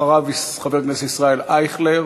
אחריו, חבר הכנסת ישראל אייכלר,